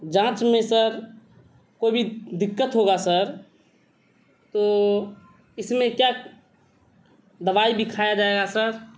جانچ میں سر کوئی بھی دقت ہوگا سر تو اس میں کیا دوائی بھی کھایا جائے گا سر